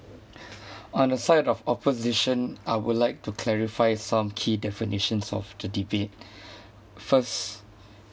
on the side of opposition I would like to clarify some key definitions of the debate first